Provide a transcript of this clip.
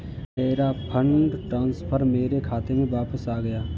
मेरा fund transfer मेरे खाते में वापस आ गया है